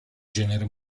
genere